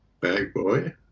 Bagboy